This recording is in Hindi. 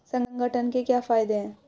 संगठन के क्या फायदें हैं?